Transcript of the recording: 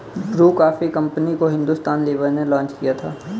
Bru coffee company को Hindustan Lever ने launch किया था